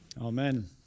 Amen